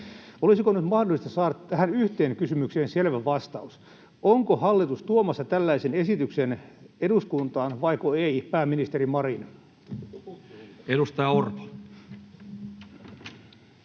Olisiko nyt mahdollista saada tähän yhteen kysymykseen selvä vastaus? Onko hallitus tuomassa tällaisen esityksen eduskuntaan vaiko ei, pääministeri Marin? [Speech 56]